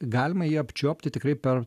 galima jį apčiuopti tikrai per